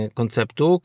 konceptu